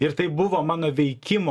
ir tai buvo mano veikimo